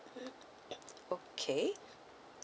okay